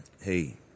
hey